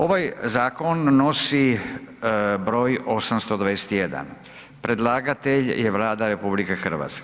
Ovaj zakon nosi broj 821, predlagatelj je Vlada RH.